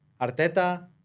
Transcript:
Arteta